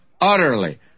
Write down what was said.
utterly